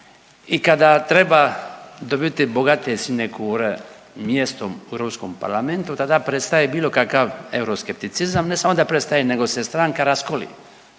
i kada treba dobiti bogate sinekure mjestom u Europskom parlamentu tada prestaje bilo kakav euroskepticizam. Ne samo da prestaje, nego se stranka raskoli